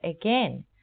again